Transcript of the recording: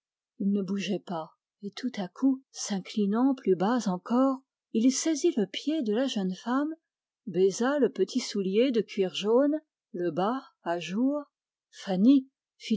ne bougeait pas et tout à coup s'inclinant il saisit le pied de la jeune femme baisa le petit soulier et la cheville dans le bas à jour fanny